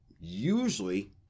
usually